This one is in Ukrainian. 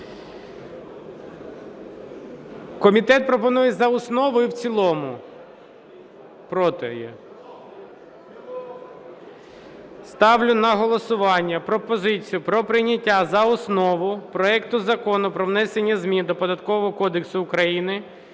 Комітет пропонує – за основу і в цілому. "Проти" є. Ставлю на голосування пропозицію про прийняття за основу проекту Закону про внесення змін до